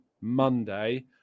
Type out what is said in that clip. Monday